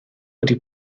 wedi